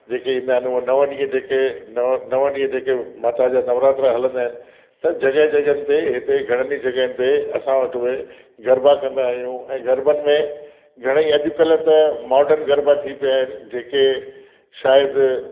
जेके ईंदा आहिनि उहा नव ॾींहं जेके नव नव ॾींहं जेके माता जा नवरात्रा हलंदा आहिनि त जॻहि जॻहियुनि हिते घणनि ई जॻहियुनि ते असां वटि उहे गरबा कंदा आहियूं ऐं गरबनि में घणेई अॼुकल्ह त मॉडन गरबा थी पिया आहिनि जेके शायदि